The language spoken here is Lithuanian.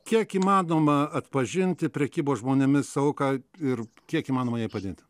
kiek įmanoma atpažinti prekybos žmonėmis auką ir kiek įmanoma jai padėti